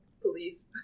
police